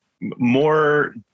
more